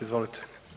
Izvolite.